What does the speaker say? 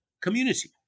community